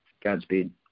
Godspeed